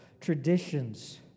traditions